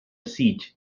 siege